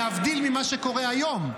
להבדיל ממה שקורה היום.